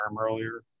earlier